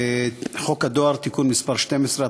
חוק הדואר (תיקון מס' 12),